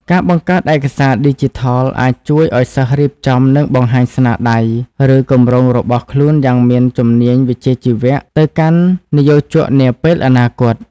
ការបង្កើត ឯកសារឌីជីថល អាចជួយឱ្យសិស្សរៀបចំ និងបង្ហាញស្នាដៃ ឬគម្រោងរបស់ខ្លួនយ៉ាងមានជំនាញវិជ្ជាជីវៈទៅកាន់និយោជកនាពេលអនាគត។